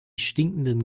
stinkenden